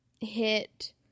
hit